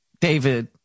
David